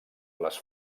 les